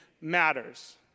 matters